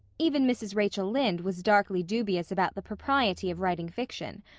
even mrs. rachel lynde was darkly dubious about the propriety of writing fiction,